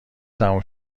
تموم